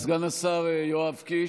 סגן השר יואב קיש,